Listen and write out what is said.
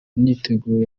imyiteguro